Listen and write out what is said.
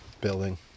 building